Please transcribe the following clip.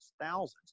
thousands